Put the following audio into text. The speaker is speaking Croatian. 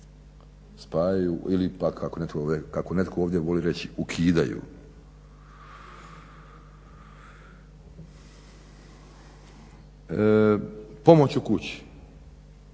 Spajaju ili pak kako netko ovdje voli reći ukidaju. Pomoć u kući.